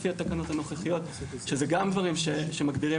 לפי התקנות הנוכחיות ואלה גם דברים שמגבירים